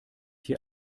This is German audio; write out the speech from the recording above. hier